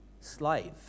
slave